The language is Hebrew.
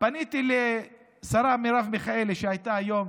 פניתי לשרה מרב מיכאלי, שהשתתפה היום